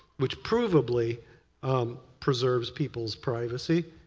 which proveably um preserves people's privacy?